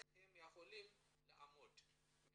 זה